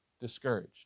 discouraged